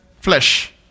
flesh